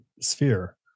sphere